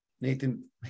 Nathan